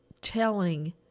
telling